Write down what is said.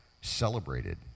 celebrated